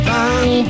Bang